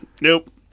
Nope